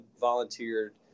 volunteered